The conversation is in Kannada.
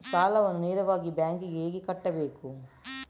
ಸಾಲವನ್ನು ನೇರವಾಗಿ ಬ್ಯಾಂಕ್ ಗೆ ಹೇಗೆ ಕಟ್ಟಬೇಕು?